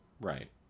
Right